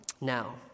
now